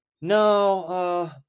no